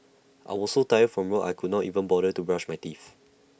I was so tired from work I could not even bother to brush my teeth